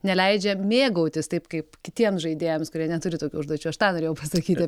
neleidžia mėgautis taip kaip kitiems žaidėjams kurie neturi tokių užduočių aš tą norėjau pasakyti